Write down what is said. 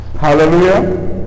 Hallelujah